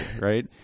right